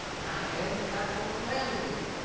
and i hadn't got no lamming yet!